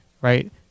right